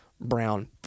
Brown